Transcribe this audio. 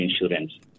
insurance